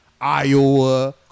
Iowa